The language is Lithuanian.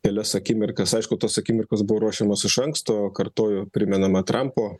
kelias akimirkas aišku tos akimirkos buvo ruošiamos iš anksto kartojo primenama trampo